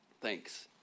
Thanks